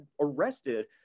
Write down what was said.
arrested